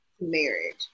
marriage